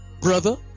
brother